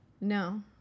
No